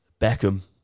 Beckham